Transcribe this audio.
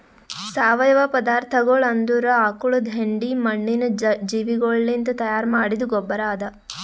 ಸಾವಯವ ಪದಾರ್ಥಗೊಳ್ ಅಂದುರ್ ಆಕುಳದ್ ಹೆಂಡಿ, ಮಣ್ಣಿನ ಜೀವಿಗೊಳಲಿಂತ್ ತೈಯಾರ್ ಮಾಡಿದ್ದ ಗೊಬ್ಬರ್ ಅದಾ